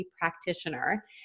practitioner